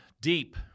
deep